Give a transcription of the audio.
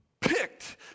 picked